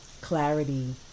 clarity